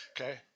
Okay